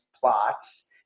plots